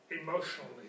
emotionally